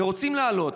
ורוצים לעלות.